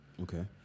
Okay